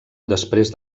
després